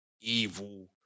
evil